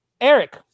Eric